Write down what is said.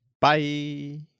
Bye